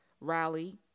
rally